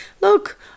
look